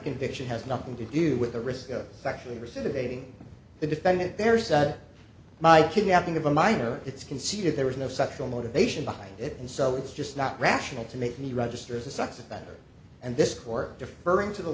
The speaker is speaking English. conviction has nothing to do with the risk of actually receive evading the defendant there's my kidnapping of a minor it's conceded there was no sexual motivation behind it and so it's just not rational to make me register as a sex offender and this court differen